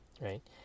right